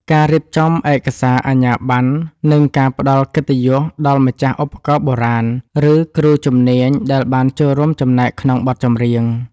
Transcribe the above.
ការរៀបចំឯកសារអាជ្ញាប័ណ្ណ និងការផ្ដល់កិត្តិយសដល់ម្ចាស់ឧបករណ៍បុរាណ ឬគ្រូជំនាញដែលបានចូលរួមចំណែកក្នុងបទចម្រៀង។